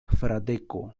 fradeko